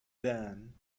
dan